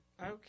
Okay